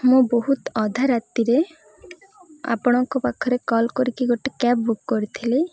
ମୁଁ ବହୁତ ଅଧା ରାତିରେ ଆପଣଙ୍କ ପାଖରେ କଲ୍ କରିକି ଗୋଟେ କ୍ୟାବ୍ ବୁକ୍ କରିଥିଲି